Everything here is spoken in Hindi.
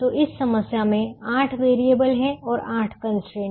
तो इस समस्या में 8 वेरिएबल हैं और 8 कंस्ट्रेंट हैं